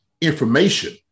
information